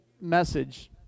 message